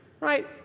Right